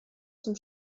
zum